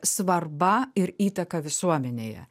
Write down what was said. svarba ir įtaka visuomenėje